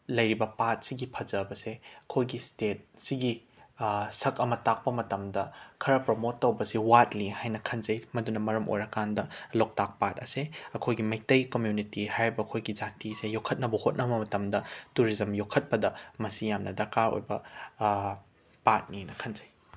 ꯂꯩꯔꯤꯕ ꯄꯥꯠꯁꯤꯒꯤ ꯐꯖꯕꯁꯦ ꯑꯩꯈꯣꯏꯒꯤ ꯁ꯭ꯇꯦꯠꯁꯤꯒꯤ ꯁꯛ ꯑꯃ ꯇꯥꯛꯄ ꯃꯇꯝꯗ ꯈꯔ ꯄ꯭ꯔꯃꯣꯠ ꯇꯧꯕꯁꯦ ꯋꯥꯠꯂꯤ ꯍꯥꯏꯅ ꯈꯟꯖꯩ ꯃꯗꯨꯅ ꯃꯔꯝ ꯑꯣꯏꯔꯀꯥꯟꯗ ꯂꯣꯛꯇꯥꯛ ꯄꯥꯠ ꯑꯁꯦ ꯑꯩꯈꯣꯏꯒꯤ ꯃꯩꯇꯩ ꯀꯝꯃ꯭ꯌꯨꯅꯤ ꯍꯥꯏꯔꯤꯕ ꯑꯩꯈꯣꯏꯒꯤ ꯖꯥꯇꯤꯁꯦ ꯌꯣꯈꯠꯅꯕ ꯍꯣꯠꯅꯕ ꯃꯇꯝꯗ ꯇꯨꯔꯤꯖꯝ ꯌꯣꯛꯈꯠꯄꯗ ꯃꯁꯤ ꯌꯥꯝꯅ ꯗꯔꯀꯥꯔ ꯑꯣꯏꯕ ꯄꯥꯠꯅꯦꯅ ꯈꯟꯖꯩ